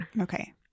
Okay